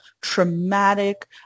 traumatic